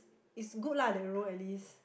is good lah that row at least